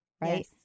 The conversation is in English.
right